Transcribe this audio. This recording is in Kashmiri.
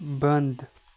بنٛد